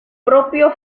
propio